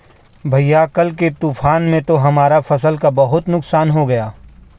भैया कल के तूफान में तो हमारा फसल का बहुत नुकसान हो गया